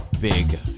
big